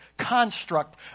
construct